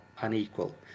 unequal